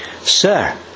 sir